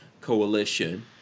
Coalition